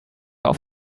auf